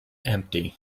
empty